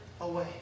away